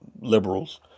liberals